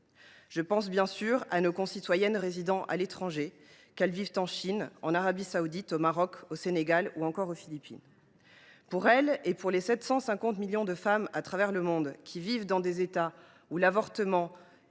Je pense bien sûr à nos concitoyennes résidant à l’étranger, qu’elles vivent en Chine, en Arabie saoudite, au Maroc, au Sénégal ou encore aux Philippines. Pour elles comme pour les 750 millions de femmes qui, à travers le monde, vivent dans des États où le droit